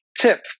tip